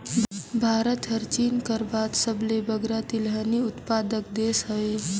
भारत हर चीन कर बाद सबले बगरा तिलहन उत्पादक देस हवे